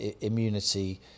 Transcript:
immunity